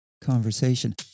conversation